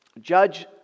Judge